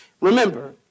remember